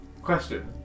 Question